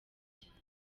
cyane